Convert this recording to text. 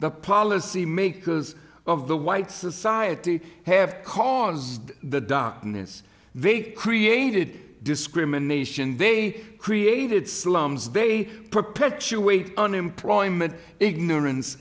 the policy makers of the white society have caused the darkness they created discrimination they created slums they perpetuate unemployment ignorance